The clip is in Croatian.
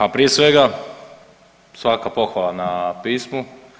A prije svega svaka pohvala na pismu.